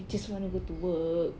you just want to go to work